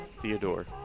Theodore